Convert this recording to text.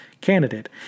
candidate